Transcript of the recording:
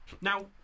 Now